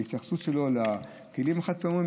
בהתייחסות שלו לכלים החד-פעמיים,